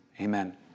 amen